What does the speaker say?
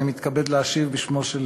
אני מתכבד להשיב בשמו של